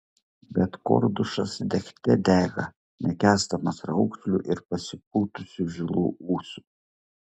bet kordušas degte dega nekęsdamas raukšlių ir pasipūtusių žilų ūsų